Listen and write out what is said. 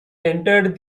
entered